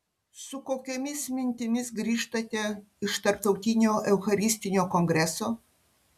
su kokiomis mintimis grįžtate iš tarptautinio eucharistinio kongreso